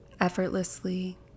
effortlessly